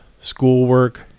schoolwork